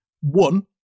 one